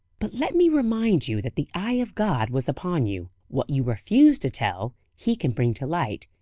but let me remind you that the eye of god was upon you. what you refuse to tell, he can bring to light,